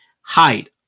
height